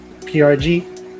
PRG